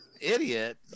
idiot